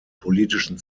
politischen